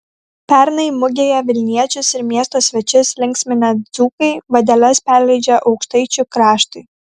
pernai mugėje vilniečius ir miesto svečius linksminę dzūkai vadeles perleidžia aukštaičių kraštui